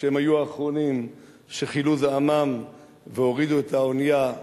שהם היו אחרונים שכילו זעמם והורידו את האונייה שאולה,